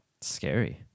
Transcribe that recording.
scary